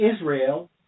Israel